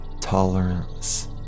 tolerance